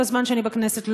מאז אני בכנסת,